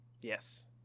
Yes